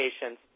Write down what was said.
patients